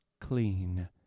clean